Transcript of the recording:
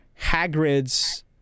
Hagrid's